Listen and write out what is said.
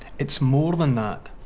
it's more than that.